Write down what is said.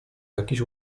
jakiś